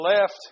left